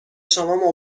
شما